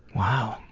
wow.